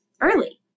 early